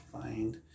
find